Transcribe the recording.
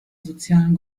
sozialen